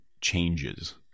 changes